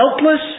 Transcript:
helpless